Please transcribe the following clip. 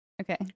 Okay